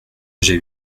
j’ai